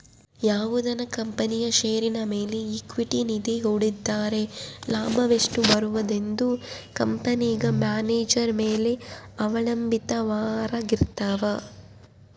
ಯಾವುದನ ಕಂಪನಿಯ ಷೇರಿನ ಮೇಲೆ ಈಕ್ವಿಟಿ ನಿಧಿ ಹೂಡಿದ್ದರೆ ಲಾಭವೆಷ್ಟು ಬರುವುದೆಂದು ಕಂಪೆನೆಗ ಮ್ಯಾನೇಜರ್ ಮೇಲೆ ಅವಲಂಭಿತವಾರಗಿರ್ತವ